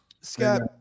Scott